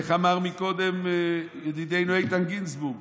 איך אמר קודם ידידינו איתן גינזבורג?